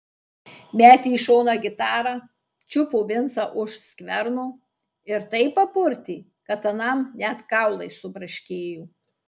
metė į šoną gitarą čiupo vincą už skverno ir taip papurtė kad anam net kaulai subraškėjo